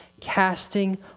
casting